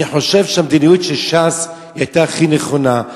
אני חושב שהמדיניות של ש"ס היתה הכי נכונה.